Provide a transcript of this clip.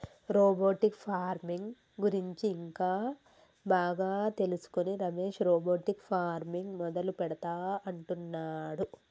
robotic farming గురించి ఇంకా బాగా తెలుసుకొని రమేష్ రోబోటిక్ ఫార్మింగ్ మొదలు పెడుతా అంటున్నాడు